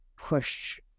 push